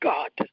God